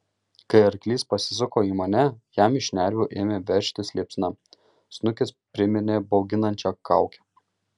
kai arklys pasisuko į mane jam iš šnervių ėmė veržtis liepsna snukis priminė bauginančią kaukę